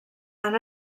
han